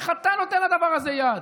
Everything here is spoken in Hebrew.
איך אתה נותן לדבר הזה יד?